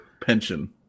pension